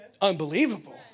unbelievable